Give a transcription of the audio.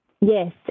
Yes